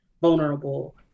vulnerable